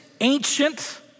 ancient